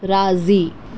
राज़ी